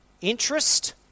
interest